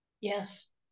yes